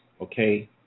Okay